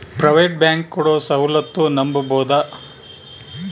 Private bank ಕೊಡೊ ಸೌಲತ್ತು ನಂಬಬೋದ?